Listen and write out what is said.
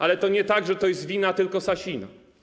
Ale to nie tak, że to jest wina tylko Sasina.